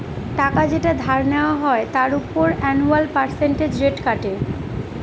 টাকা যেটা ধার নেওয়া হয় তার উপর অ্যানুয়াল পার্সেন্টেজ রেট কাটে